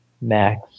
Max